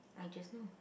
I just know